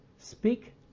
Speak